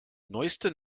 neueste